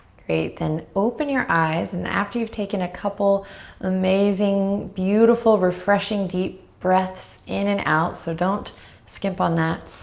great, then open your eyes. and after you've taken a couple amazing, beautiful refreshing deep breaths in and out. so don't skimp on that.